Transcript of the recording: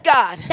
God